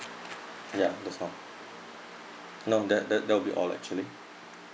yup that's all no that that that'll be all actually